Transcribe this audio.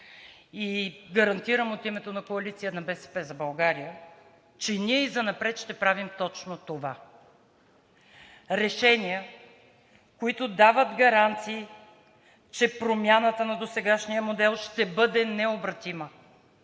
Гарантирам от името на коалиция „БСП за България“, че ние и занапред ще правим точно това – решения, които дават гаранции, че промяната на досегашния модел ще бъде необратима,